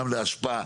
גם לאשפה,